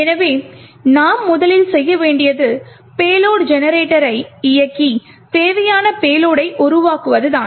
எனவே நாம் முதலில் செய்ய வேண்டியது payload generator ஐ இயக்கி தேவையான பேலோடை உருவாக்குவதுதான்